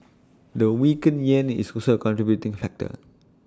the weakened Yen is also A contributing factor